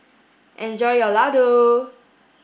enjoy your Ladoo